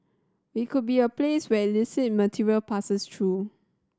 we could be a place where illicit material passes through